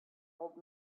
old